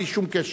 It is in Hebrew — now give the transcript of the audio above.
בלי שום קשר,